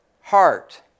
heart